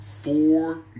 four